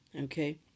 okay